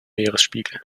meeresspiegel